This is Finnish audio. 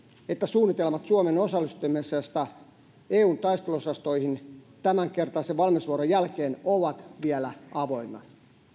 että suunnitelmat suomen osallistumisesta eun taisteluosastoihin tämänkertaisen valmiusvuoron jälkeen ovat vielä avoinna